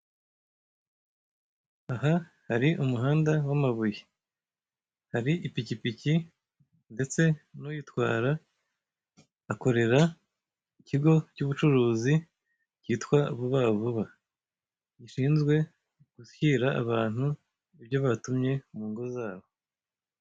Aha hari umuhanda w'amabuye, hari ipikipiki ndetse n'uyitwara; akorera ikigo cy'ubucuruzi cyitwa vuba vuba, gishinzwe gushyira abantu ibyo batumye mu ngo zabo.